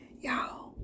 y'all